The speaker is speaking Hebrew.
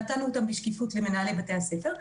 נתנו אותן בשקיפות למנהלי בתי הספר.